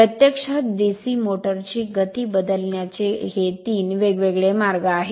प्रत्यक्षात DC motor ची गती बदलण्याचे हे तीन वेगवेगळे मार्ग आहेत